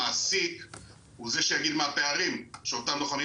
המעסיק הוא זה שיגיד מה הפערים שאותם לוחמים